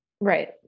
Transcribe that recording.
Right